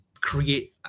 create